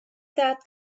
that